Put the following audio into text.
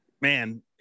man